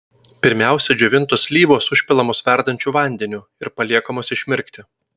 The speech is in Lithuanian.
pirmiausia džiovintos slyvos užpilamos verdančiu vandeniu ir paliekamos išmirkti